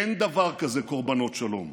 אין דבר כזה קורבנות שלום,